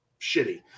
shitty